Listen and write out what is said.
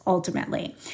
Ultimately